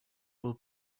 will